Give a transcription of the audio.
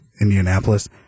Indianapolis